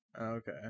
Okay